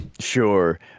Sure